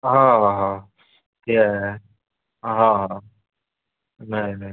हां हां हां या हां हां हां नाही नाही